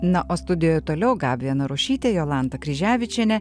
na o studijoje toliau gabija narušytė jolanta kryževičienė